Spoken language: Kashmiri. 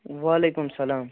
وعلیکم سلام